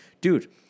dude